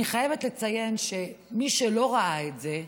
אני חייבת לציין שמי שלא ראה את זה,